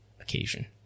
occasion